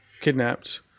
kidnapped